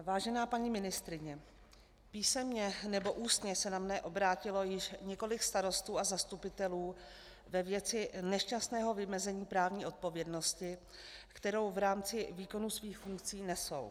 Vážená paní ministryně, písemně nebo ústně se na mne obrátilo již několik starostů a zastupitelů ve věci nešťastného vymezení právní odpovědnosti, kterou v rámci výkonu svých funkcí nesou.